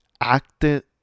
acted